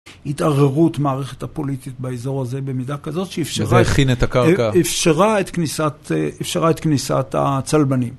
התערערות מערכת הפוליטית באזור הזה במידה כזאת שאפשרה את כניסת הצלבנים.